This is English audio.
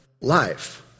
life